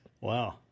Wow